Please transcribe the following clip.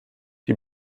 die